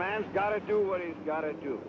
man's gotta do what he's gotta do